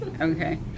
okay